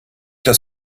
das